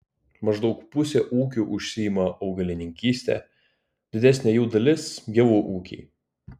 maždaug pusė ūkių užsiima augalininkyste didesnė jų dalis javų ūkiai